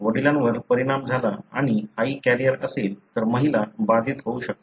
वडिलांवर परिणाम झाला आणि आई कॅरियर असेल तर महिला बाधित होऊ शकतात